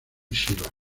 chiba